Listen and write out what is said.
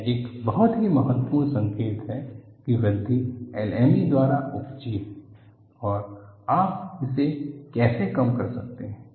यह एक बहुत ही महत्वपूर्ण संकेत है कि वृद्धि LME द्वारा उपजी है और आप इसे कैसे कम कर सकते हैं